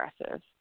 aggressive